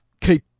keep